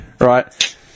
Right